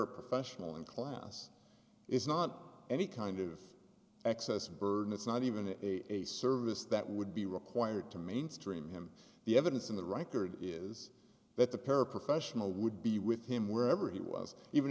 aprofessional in class is not any kind of excess burden it's not even a service that would be required to mainstream him the evidence in the reichard is that the paraprofessional would be with him wherever he was even